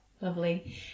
Lovely